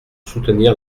soutenir